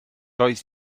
doedd